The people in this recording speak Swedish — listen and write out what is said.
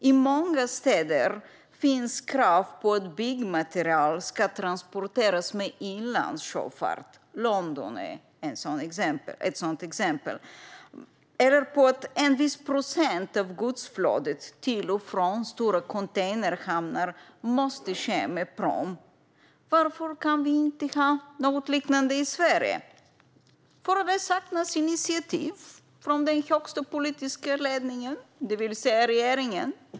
I många städer, däribland London, finns krav på att byggmaterial ska transporteras med inlandssjöfart eller på att en viss procent av godsflödet till och från stora containerhamnar måste ske med pråm. Varför kan vi inte ha något liknande i Sverige? Därför att det saknas initiativ från den högsta politiska ledningen, det vill säga regeringen.